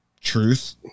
truth